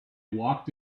walked